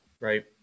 right